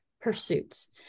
pursuits